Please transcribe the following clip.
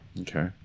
Okay